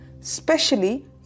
specially